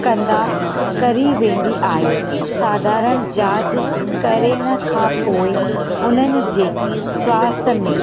कंदा करी वेंदी आहे साधारणु जांच करण खां पोइ हुननि जे स्वास्थ्य में